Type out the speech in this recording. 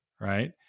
right